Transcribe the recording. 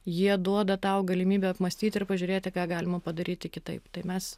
jie duoda tau galimybę apmąstyti ir pažiūrėti ką galima padaryti kitaip tai mes